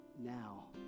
now